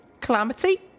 Calamity